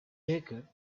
baker